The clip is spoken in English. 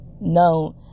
no